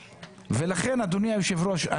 לכן אדוני היושב ראש,